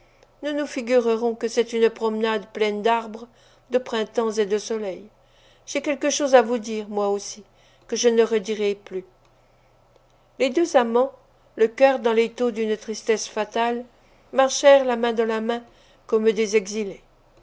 nous nous figurerons que c'est une promenade pleine d'arbres de printemps et de soleil j'ai quelque chose à vous dire moi aussi que je ne redirai plus les deux amants le cœur dans l'étau d'une tristesse fatale marchèrent la main dans la main comme des exilés